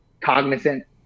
cognizant